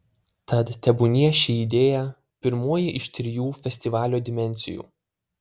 tad tebūnie ši idėja pirmoji iš trijų festivalio dimensijų